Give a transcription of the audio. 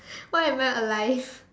why am I alive